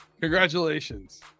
Congratulations